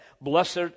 Blessed